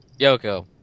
Yoko